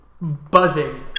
buzzing